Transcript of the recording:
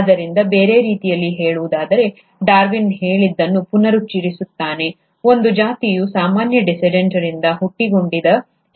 ಆದ್ದರಿಂದ ಬೇರೆ ರೀತಿಯಲ್ಲಿ ಹೇಳುವುದಾದರೆ ಡಾರ್ವಿನ್ ಹೇಳಿದ್ದನ್ನು ಪುನರುಚ್ಚರಿಸುತ್ತೇನೆ ಒಂದು ಜಾತಿಯು ಸಾಮಾನ್ಯ ಡಿಸೆಂಡೆಂಟ್ರಿಂದ ಹುಟ್ಟಿಕೊಂಡಿದೆ